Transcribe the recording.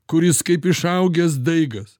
kuris kaip išaugęs daigas